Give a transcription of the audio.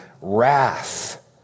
wrath